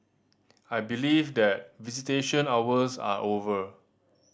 I believe that visitation hours are over